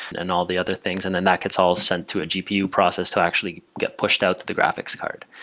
and all the other things and then that gets all sent to a gpu process to actually get pushed out to the graphics card.